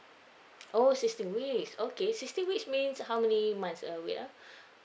oh sixteen weeks okay sixteen weeks means how many months ah wait ah